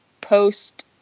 post